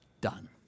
done